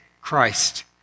Christ